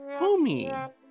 homie